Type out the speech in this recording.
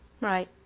Right